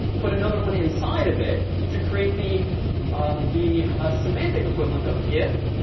put another one inside of it to create the um the semantic equivalent of if,